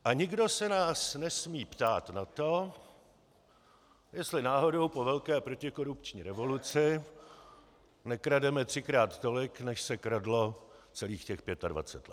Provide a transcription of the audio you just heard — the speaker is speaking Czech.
A nikdo se nás nesmí ptát na to, jestli náhodou po velké protikorupční revoluci nekrademe třikrát tolik, než se kradlo celých těch pětadvacet let.